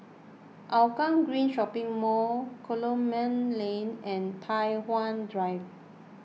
Hougang Green Shopping Mall Coleman Lane and Tai Hwan Drive